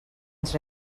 ens